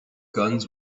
guns